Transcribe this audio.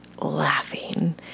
laughing